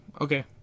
Okay